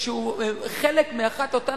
שהוא חלק מאחת מאותן